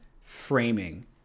framing